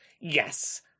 Yes